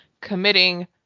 committing